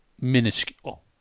minuscule